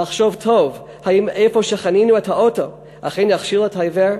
לחשוב טוב אם איך שהחנינו את האוטו אכן יכשיל את העיוור,